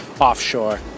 offshore